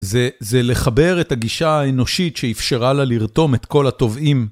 זה לחבר את הגישה האנושית שאפשרה לה לרתום את כל התובעים